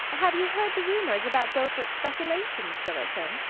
have you heard the rumours about beaufort's speculations, sillerton?